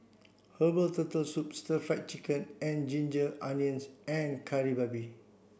Herbal Turtle Soup Stir Fried Chicken and Ginger Onions and Kari Babi